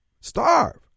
Starve